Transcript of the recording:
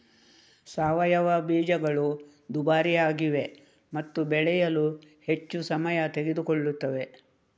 ಸಾವಯವ ಬೀಜಗಳು ದುಬಾರಿಯಾಗಿವೆ ಮತ್ತು ಬೆಳೆಯಲು ಹೆಚ್ಚು ಸಮಯ ತೆಗೆದುಕೊಳ್ಳುತ್ತವೆ